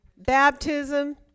baptism